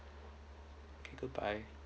K goodbye